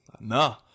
No